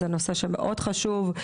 זה נושא מאוד חשוב.